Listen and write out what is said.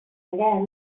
again